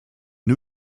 new